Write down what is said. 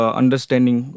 understanding